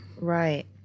Right